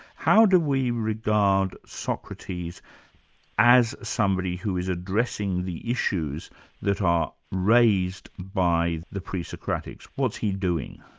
how do we regard socrates as somebody who is addressing the issues that are raised by the pre-socratics? what's he doing?